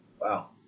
Wow